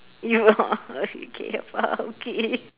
you okay afar okay